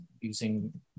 using